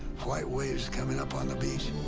white waves coming up on the beach.